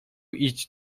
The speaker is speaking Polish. iść